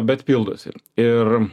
bet pildosi ir